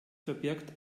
verbirgt